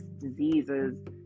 diseases